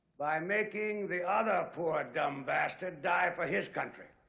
by making the other poor dumb bastard die for his country.